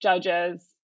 judges